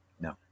No